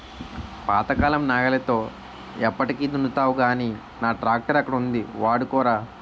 పాతకాలం నాగలితో ఎప్పటికి దున్నుతావ్ గానీ నా ట్రాక్టరక్కడ ఉంది వాడుకోరా